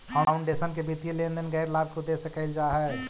foundation के वित्तीय लेन देन गैर लाभ के उद्देश्य से कईल जा हई